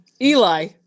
Eli